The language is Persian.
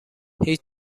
هیچ